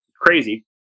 crazy